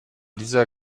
dieser